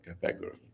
category